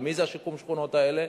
ולמי זה שיקום השכונות הזה?